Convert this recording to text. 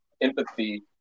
empathy